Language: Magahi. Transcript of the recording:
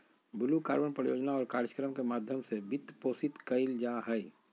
ब्लू कार्बन परियोजना और कार्यक्रम के माध्यम से वित्तपोषित कइल जा हइ